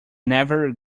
never